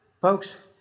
Folks